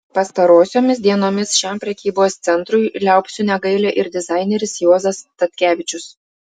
pastarosiomis dienomis šiam prekybos centrui liaupsių negaili ir dizaineris juozas statkevičius